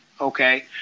okay